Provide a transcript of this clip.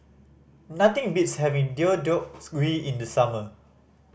nothing beats having Deodeoks gui in the summer